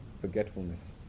forgetfulness